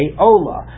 ola